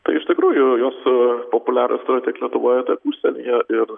tai iš tikrųjų jos populiarios yra tiek lietuvoje tiek užsienyje